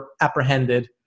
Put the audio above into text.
apprehended